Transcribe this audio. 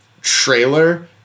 trailer